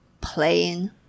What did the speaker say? playing